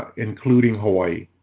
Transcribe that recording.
including hawaii.